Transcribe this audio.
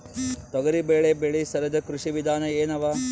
ತೊಗರಿಬೇಳೆ ಬೆಳಿ ಸರದಿ ಕೃಷಿ ವಿಧಾನ ಎನವ?